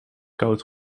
koud